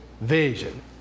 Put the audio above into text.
vision